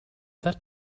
that